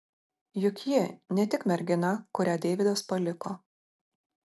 juk ji ne tik mergina kurią deividas paliko